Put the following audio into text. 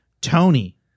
Tony